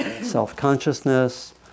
self-consciousness